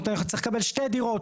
זאת אומרת, אני צריך לקבל שתי דירות.